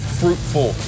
fruitful